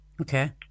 Okay